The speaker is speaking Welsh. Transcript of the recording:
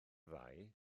ddau